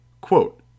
Quote